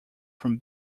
from